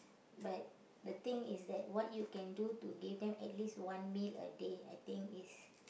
but the thing is that what you can do to give them at least one meal a day I think is